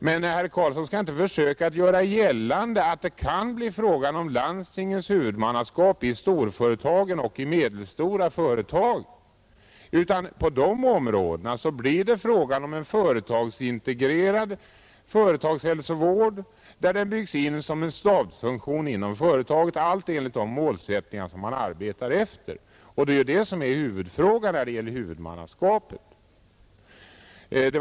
Men herr Karlsson skall inte försöka göra gällande att det kan bli fråga om att landstingen skall vara huvudmän för företagshälsovården i storföretagen och i medelstora företag, utan på de områdena blir det fråga om en företagsintegrerad företagshälsovård som byggs in som en stabsfunktion inom företaget — allt enligt de målsättningar som man arbetar efter. Och det är ju det som är huvudfrågan när det gäller huvudmannaskapet.